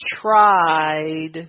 tried